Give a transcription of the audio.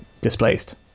displaced